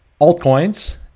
altcoins